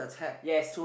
yes